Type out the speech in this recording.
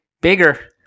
Bigger